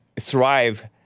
thrive